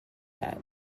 that